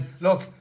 look